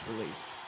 released